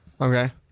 Okay